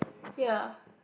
ya